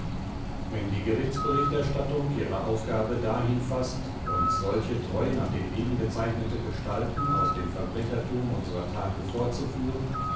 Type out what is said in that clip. wenn die gerichtsberichterstattung ihre aufgabe dahin faßt uns solche treu nach dem leben gezeichnete gestalten aus dem verbrechertum unserer tage vorzuführen